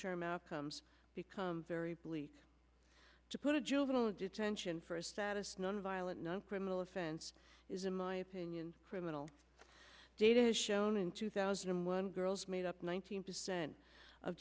term outcomes become very bleak to put a juvenile detention for a status nonviolent no criminal offense is in my opinion criminal data has shown in two thousand and one girls made up nineteen percent of